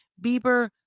Bieber